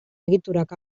egiturak